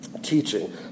teaching